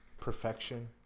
perfection